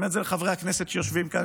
אני אומר את זה לחברי הכנסת שיושבים כאן,